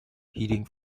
heading